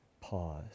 Pause